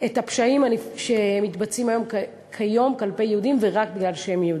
את הפשעים שמתבצעים כיום כלפי יהודים ורק מפני שהם יהודים.